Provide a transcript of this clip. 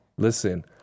Listen